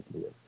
yes